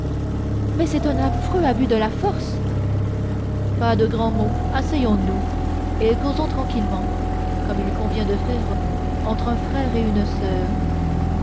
mais c'est un affreux abus de la force pas de grands mots asseyons-nous et causons tranquillement comme il convient de faire entre un frère et une soeur